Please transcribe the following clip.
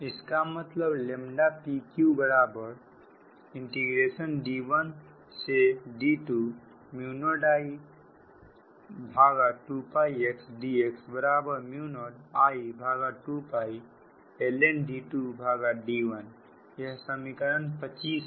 इसका मतलब pq D1D20I2xdx0I2ln यह समीकरण 25 है